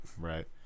Right